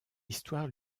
histoire